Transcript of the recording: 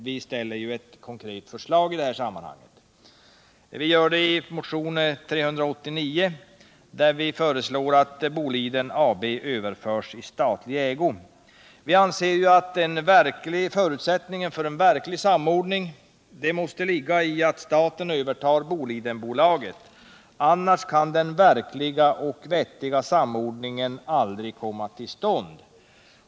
Arbetarpartiet kommunisterna framlägger ett konkret förslag i motionen 389, vilket går ut på att Boliden AB överförs i statlig ägo. Vi anser att förutsättningen för en verklig samordning måste ligga i att staten övertar Bolidenbolaget — annars kan den verkliga och vettiga samordningen aldrig komma till stånd.